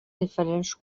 diferents